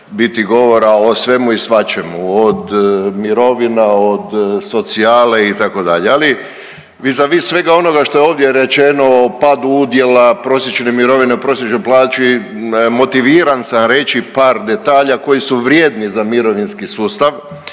biti govora o svemu i svačemu, od mirovina, od socijale, itd., ali vi za vi svega onoga što je ovdje rečeno, padu udjela, prosječne mirovine u prosječnoj plaći, motiviran sam reći par detalja koji su vrijedni za mirovinski sustav.